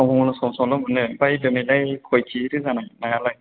सम समल' मोनो ओमफ्राय दिनैहाय खय केजिथो जानाय नायालाय